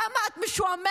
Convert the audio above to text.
כמה את משועממת,